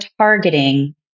targeting